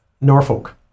Norfolk